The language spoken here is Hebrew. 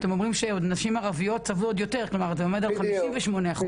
אתם אומרים שנשים ערביות סבלו עוד יותר וזה עומד על 58 אחוז.